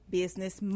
business